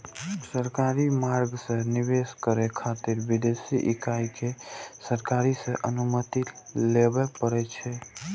सरकारी मार्ग सं निवेश करै खातिर विदेशी इकाई कें सरकार सं अनुमति लेबय पड़ै छै